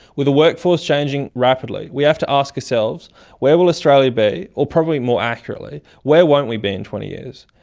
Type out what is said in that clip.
with the workforce changing rapidly, we have to ask ourselves where will australia be or probably more accurately where won't we be in twenty years?